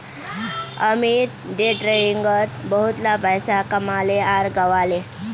Amit day ट्रेडिंगत बहुतला पैसा कमाले आर गंवाले